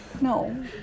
No